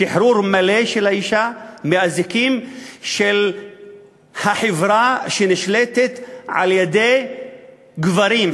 שחרור מלא של האישה מהאזיקים של החברה שנשלטת על-ידי גברים,